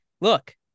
look